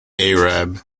arab